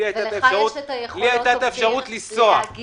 לי הייתה אפשרות לנסוע,